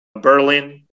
Berlin